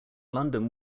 london